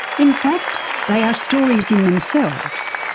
in fact, they are stories in themselves,